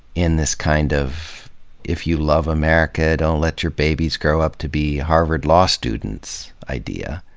in this kind of if you love america, don't let your babies grow up to be harvard law students' idea.